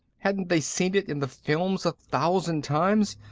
hadn't they seen it in the films a thousand times?